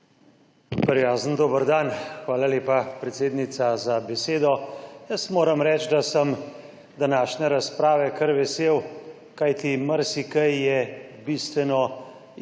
Prijazen dober dan! Hvala lepa, predsednica, za besedo. Moram reči, da sem današnje razprave kar vesel, kajti marsikaj je bistveno